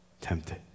tempted